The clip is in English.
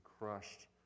crushed